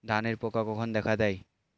ধানের পোকা কখন দেখা দেয়?